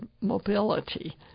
mobility